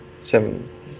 seven